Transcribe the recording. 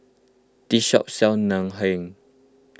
this shop sells Ngoh Hiang